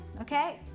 okay